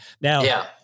Now